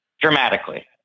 Dramatically